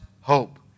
hope